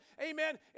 amen